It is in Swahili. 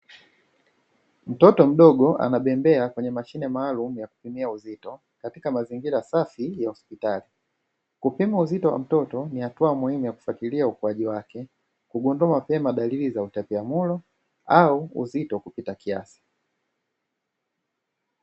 Mtoto mdogo anabembea kwenye mashine maalumu ya kupimia uzito, katika mazingira safi ya hospitali. Kupima uzito wa mtoto ni hatua muhimu ya kufuatilia ukuaji wake, kugundua mapema dalili za utapiamlo au uzito kupita kiasi.